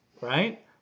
right